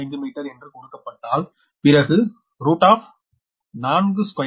5 metre என்று கொடுக்கப்பட்டால் பிறகு428